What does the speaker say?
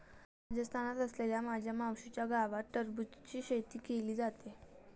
राजस्थानात असलेल्या माझ्या मावशीच्या गावात टरबूजची शेती केली जाते